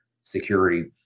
security